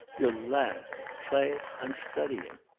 you'll laugh. clay, i'm studying!